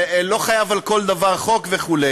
לא חייבים על כל דבר חוק וכו',